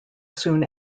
soon